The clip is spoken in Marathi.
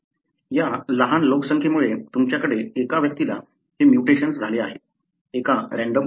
या लहान लोकसंख्येमुळे तुमच्याकडे एका व्यक्तीला हे म्युटेशन्स झाले आहे एका रँडम प्रक्रियेमुळे